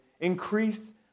increase